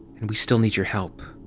and we still need your help.